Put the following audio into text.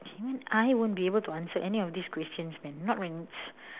even I won't be able to answer any of these questions man not when it's